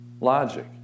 logic